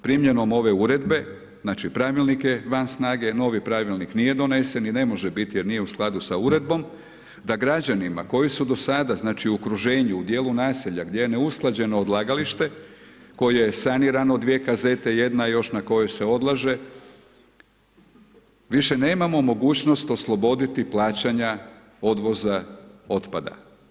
Primjenom ove uredbe, znači pravilnik je van snage, novi pravilnik nije donesen i ne može biti jer nije u skladu sa uredbom, da građanima koji su do sada znači u okružen u dijelu naselja gdje je neusklađeno odlagalište koje je sanirano, dvije kazete jedna još na kojoj se odlaže, više nemamo mogućnost osloboditi plaćanja odvoza otpada.